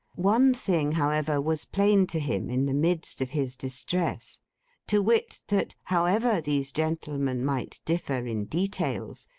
one thing, however, was plain to him, in the midst of his distress to wit, that however these gentlemen might differ in details,